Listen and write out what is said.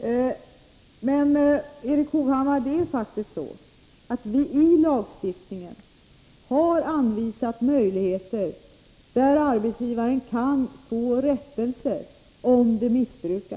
7 november 1983 Men, Erik Hovhammar, det är faktiskt så att vi i lagstiftningen har anvisat. möjligheter för arbetsgivaren att få rättelse om det förekommer missbruk.